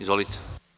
Izvolite.